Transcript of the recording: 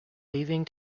leaving